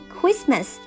Christmas